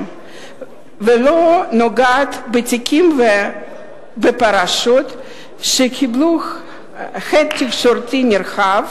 ולא נוגעת בתיקים ובפרשות שקיבלו הד תקשורתי נרחב